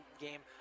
game